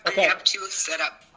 have two set up.